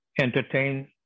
entertain